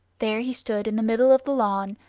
there he stood in the middle of the lawn,